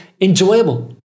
enjoyable